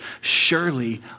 surely